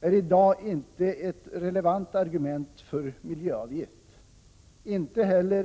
är i dag inte relevant argument för miljöavgift.